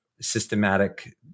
systematic